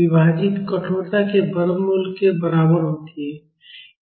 विभाजित कठोरता के वर्गमूल के बराबर होती है